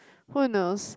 who knows